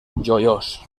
joiós